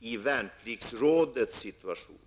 i Värnpliktsrådets situation.